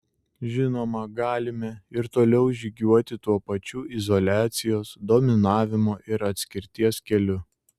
žinoma galime ir toliau žygiuoti tuo pačiu izoliacijos dominavimo ir atskirties keliu